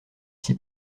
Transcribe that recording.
s’y